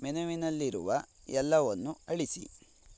ಮೆನುವಿನಲ್ಲಿರುವ ಎಲ್ಲವನ್ನು ಅಳಿಸಿ